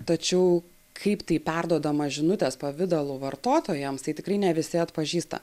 tačiau kaip tai perduodama žinutės pavidalu vartotojams tai tikrai ne visi atpažįsta